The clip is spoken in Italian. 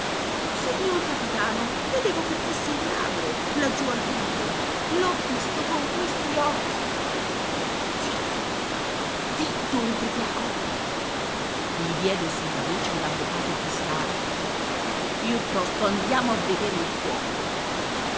signor capitano credevo che fosse il ladro laggiù al buio l'ho visto con questi occhi zitto zitto ubbriacone gli diede sulla voce l'avvocato fiscale piuttosto andiamo a vedere il fuoco